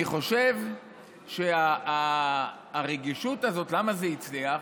אני חושב שהרגישות הזאת, למה זה הצליח?